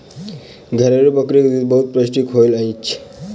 घरेलु बकरी के दूध बहुत पौष्टिक होइत अछि